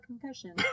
concussion